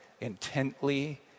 intently